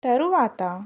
తరువాత